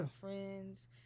friends